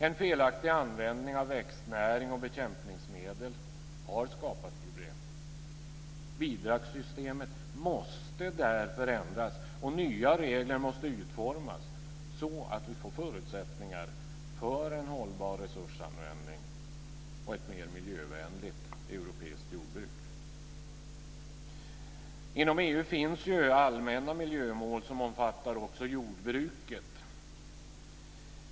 En felaktig användning av växtnäring och bekämpningsmedel har skapat problem. Bidragssystemet måste därför ändras, och nya regler måste utformas så att vi får förutsättningar för en hållbar resursanvändning och ett mer miljövänligt europeiskt jordbruk. Det finns inom EU allmänna miljömål som omfattar också jordbruket.